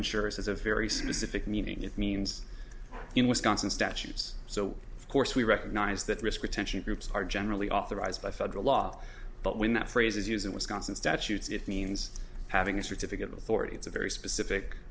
is a very specific meaning it means in wisconsin statutes so of course we recognize that risk retention groups are generally authorized by federal law but when that phrase is used in wisconsin statutes it means having a certificate of authority it's a very specific